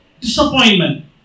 disappointment